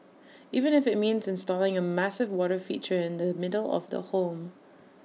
even if IT means installing A massive water feature in the middle of the home